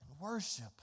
worship